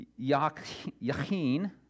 Yachin